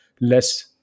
less